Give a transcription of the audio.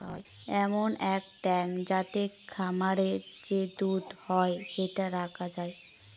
এমন এক ট্যাঙ্ক যাতে খামারে যে দুধ হয় সেটা রাখা যায়